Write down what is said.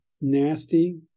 nasty